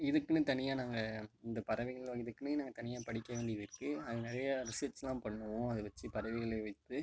இதுக்கென்னு தனியாக நாங்கள் இந்த பறவைகளும் இதுக்குன்னே நாங்கள் தனியாக படிக்க வேண்டியது இருக்குது அது நிறையா ரிசர்ச்யெலாம் பண்ணுவோம் அதை வச்சு பறவைகளை வைத்து